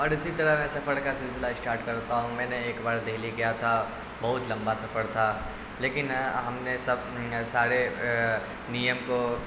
اور اسی طرح میں سفر کا سلسلہ اسٹارٹ کر دیتا ہوں میں نے ایک بار دہلی گیا تھا بہت لمبا سفر تھا لیکن ہم نے سب سارے نیم کو